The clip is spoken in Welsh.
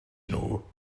nhw